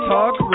Talk